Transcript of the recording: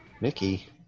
Mickey